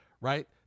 Right